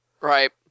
Right